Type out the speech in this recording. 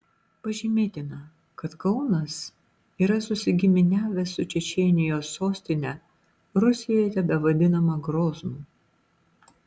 pažymėtina kad kaunas yra susigiminiavęs su čečėnijos sostine rusijoje tebevadinama groznu